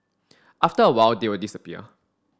after a while they'll disappear